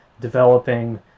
developing